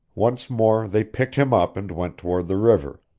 once more they picked him up and went toward the river.